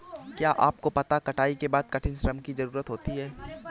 क्या आपको पता है कटाई के बाद कठिन श्रम की ज़रूरत होती है?